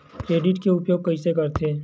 Credit के उपयोग कइसे करथे?